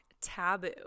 Taboo